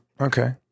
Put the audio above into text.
Okay